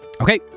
Okay